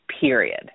period